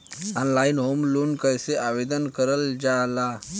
Online home loan कैसे आवेदन करल जा ला?